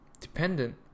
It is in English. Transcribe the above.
dependent